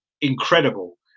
incredible